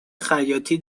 خیاطی